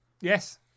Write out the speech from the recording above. yes